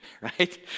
right